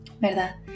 ¿verdad